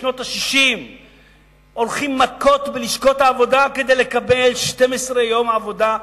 שבשנות ה-60 היו הולכים מכות בלשכות העבודה כדי לקבל 12 יום עבודה,